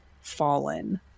Fallen